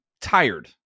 tired